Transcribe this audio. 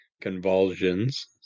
convulsions